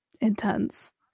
intense